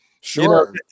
sure